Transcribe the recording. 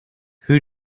who